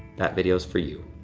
that video is for you.